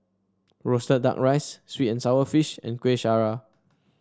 roasted duck rice sweet and sour fish and Kueh Syara